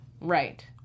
Right